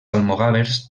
almogàvers